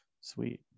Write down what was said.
sweet